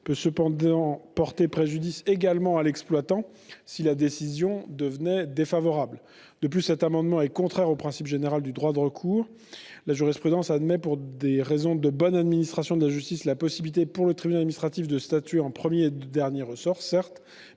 peut porter préjudice à l'exploitant, si la décision est défavorable. De plus, cet amendement est contraire au principe général du droit de recours en cassation. La jurisprudence admet, pour des raisons de bonne administration de la justice, la possibilité pour le tribunal administratif de statuer en premier et en dernier ressort, mais